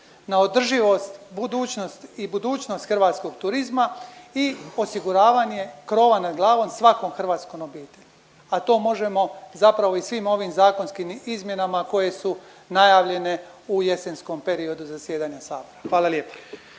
na održivost, budućnost i budućnost hrvatskog turizma i osiguravanje krova nad glavom svakom hrvatskom .../Govornik se ne razumije./... a to možemo zapravo i svim ovim zakonskim izmjenama koje su najavljene u jesenskom periodu zasjedanja Sabora. Hvala lijepa.